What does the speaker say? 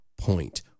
Point